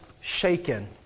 shaken